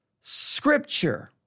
Scripture